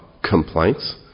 complaints